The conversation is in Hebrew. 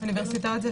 יש שם